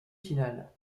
finale